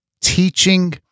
teaching